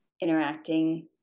interacting